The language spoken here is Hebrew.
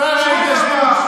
שר ההתיישבות.